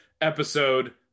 episode